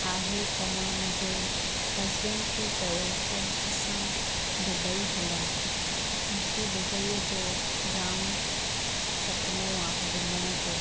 आहे त मां मुंहिंजे हसबैंड खे चयो त असां दुबई हलूं मूंखे दुबईअ जो जाम सुपिनो आहे घुमण जो